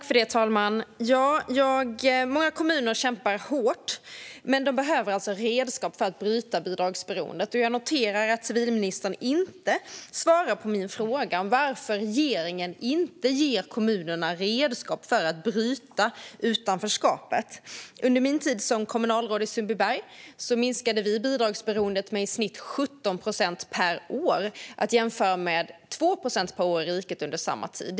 Fru talman! Många kommuner kämpar hårt, men de behöver redskap för att bryta bidragsberoendet. Jag noterar att civilministern inte svarar på min fråga varför regeringen inte ger kommunerna redskap för att bryta utanförskapet. Under min tid som kommunalråd i Sundbyberg minskade vi bidragsberoendet med i snitt 17 procent per år, att jämföra med 2 procent per år i riket under samma tid.